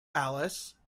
alice